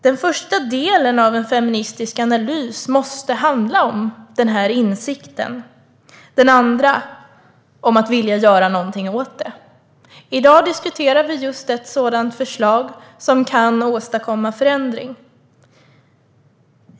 Den första delen av en feministisk analys måste handla om den här insikten och den andra om att vilja göra någonting åt det. I dag diskuterar vi just ett sådant förslag som kan åstadkomma förändring.